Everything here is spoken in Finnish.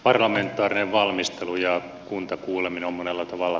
parlamentaarinen valmistelu ja kuntakuuleminen monella tavalla